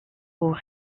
aux